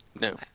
No